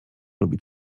lubi